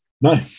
no